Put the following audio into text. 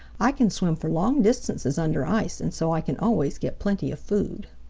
i can swim for long distances under ice and so i can always get plenty of food.